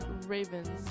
Ravens